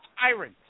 tyrant